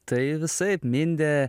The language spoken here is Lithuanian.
tai visaip mindė